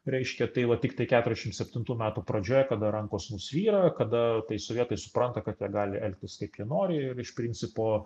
reiškia tai va tiktai keturiašim septintųjų metų pradžioje kada rankos nusvyra kada tai sovietai supranta kad tegali elgtis kaip nori ir iš principo